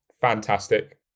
fantastic